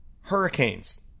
hurricanes